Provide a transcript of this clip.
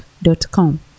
dot-com